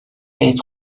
عید